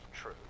true